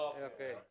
okay